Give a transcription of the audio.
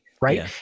right